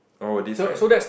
oh this right